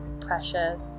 pressure